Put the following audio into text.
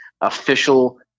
official